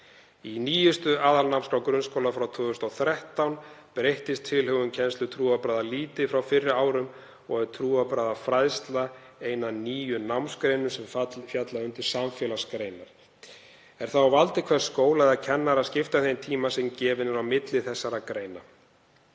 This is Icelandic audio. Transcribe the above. Í nýjustu aðalnámskrá grunnskóla frá 2013 breyttist tilhögun kennslu trúarbragða lítið frá fyrri árum og er trúarbragðafræðsla ein af níu námsgreinum sem falla undir samfélagsgreinar. Er það á valdi hvers skóla eða kennara að skipta þeim tíma sem gefinn er á milli þessara greina.